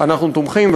אנחנו תומכים,